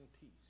peace